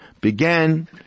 began